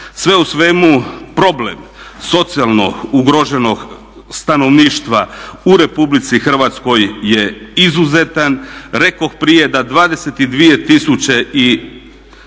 Sve u svemu, problem socijalno ugroženog stanovništva u Republici Hrvatskoj je izuzetan. Rekoh prije da 22916